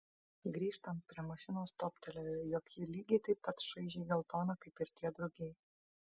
grįžtant prie mašinos toptelėjo jog ji lygiai taip pat šaižiai geltona kaip ir tie drugiai